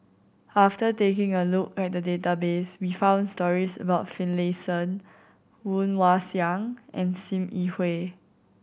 after taking a look at the database we found stories about Finlayson Woon Wah Siang and Sim Yi Hui